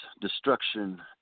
destruction